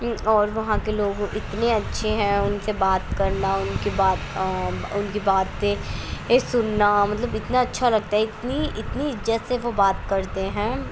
اور وہاں کے لوگ اتنے اچھے ہیں ان سے بات کرنا ان کی بات ان کی باتیں سننا مطلب اتنا اچھا لگتا ہے اتنی اتنی جیسے وہ بات کرتے ہیں